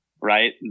right